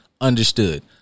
understood